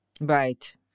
Right